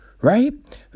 right